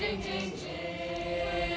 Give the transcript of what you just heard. yeah